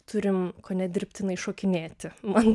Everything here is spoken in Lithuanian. turim kone dirbtinai šokinėti man